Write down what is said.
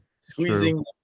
Squeezing